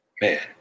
Man